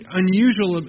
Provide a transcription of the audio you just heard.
unusual